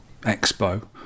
Expo